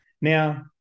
Now